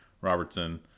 Robertson